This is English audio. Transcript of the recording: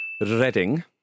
Reading